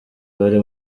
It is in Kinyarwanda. bari